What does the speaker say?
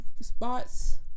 spots